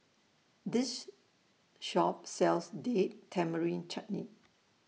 This Shop sells Date Tamarind Chutney